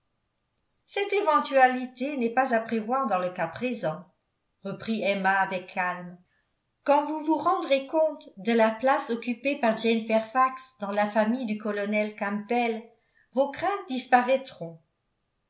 cette éventualité n'est pas à prévoir dans le cas présent reprit emma avec calme quand vous vous rendrez compte de la place occupée par jane fairfax dans la famille du colonel campbell vos craintes disparaîtront